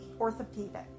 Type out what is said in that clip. Orthopedic